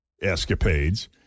escapades